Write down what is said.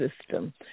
system